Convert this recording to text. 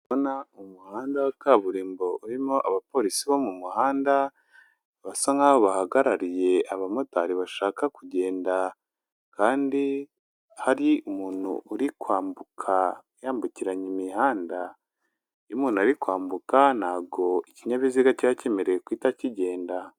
Ndi kubona umuhanda wa kaburimbo urimo abapolisi bo mu muhanda, basa nkaho bahagarariye abamotari bashaka kugenda, kandi hari umuntu uri kwambuka yambukiranya imihanda, iyo umuntu ari kwambuka, ntabwo ikinyabiziga kiba kimerewe guhita kigenda.